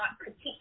critique